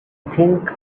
think